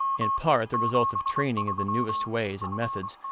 in part the result of training in the newest ways and methods,